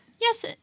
Yes